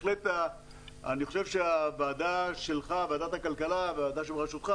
ואני חושב שבאמת ועדת הכלכלה בראשותך